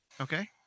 Okay